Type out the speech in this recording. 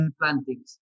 plantings